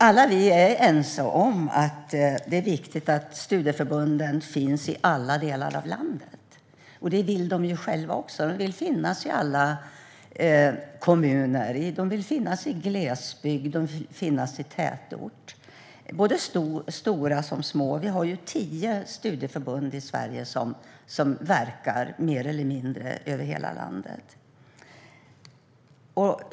Alla vi är ense om att det är viktigt att studieförbunden finns i alla delar av landet. Det vill de också själva. De vill finnas i alla kommuner och i glesbygd och tätort. Det gäller såväl stora som små. Vi har tio studieförbund i Sverige som verkar mer eller mindre över hela landet.